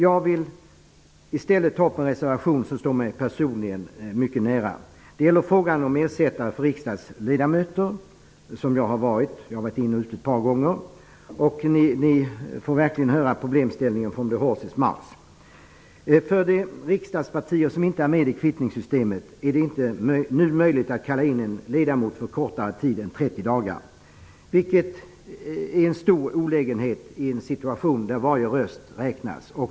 Jag vill i stället ta upp en reservation som står mig personligen mycket nära. Det gäller frågan om ersättare för riksdagsledamöter, vilket jag har varit. Ni får verkligen höra problemställningen från ''the horses mouth''. För de riksdagspartier som inte omfattas av kvittningssystemet är det nu inte möjligt att kalla in en ledamot för kortare tid än 30 dagar, vilket är en stor olägenhet i en situation där varje röst räknas.